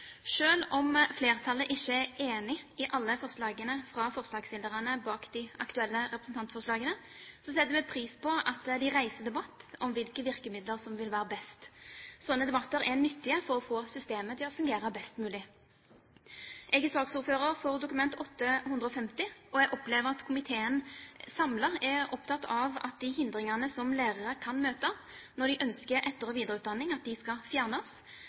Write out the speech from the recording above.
om flertallet ikke er enig i alle forslagene fra forslagsstillerne bak de aktuelle representantforslagene, setter vi pris på at de reiser debatt om hvilke virkemidler som vil være best. Slike debatter er nyttige for å få systemet til å fungere best mulig. Jeg er saksordfører for Dokument 8:150, og jeg opplever at komiteen samlet er opptatt av at de hindringene som lærere kan møte når de ønsker etter- og videreutdanning, skal fjernes, slik at